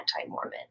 anti-Mormon